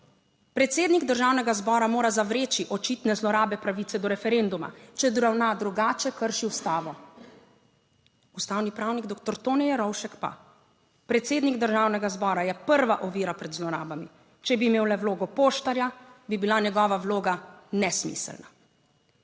"Predsednik Državnega zbora mora zavreči očitne zlorabe pravice do referenduma, če ravna drugače, krši ustavo." Ustavni pravnik doktor Tone Jerovšek pa: "Predsednik **5. TRAK: (VP) 9.20** (nadaljevanje) Državnega zbora je prva ovira pred zlorabami. Če bi imel le vlogo poštarja, bi bila njegova vloga nesmiselna.